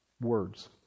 words